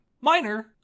Minor